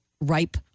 ripe